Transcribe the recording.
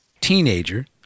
teenager